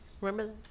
Remember